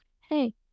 hey